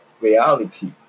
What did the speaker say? reality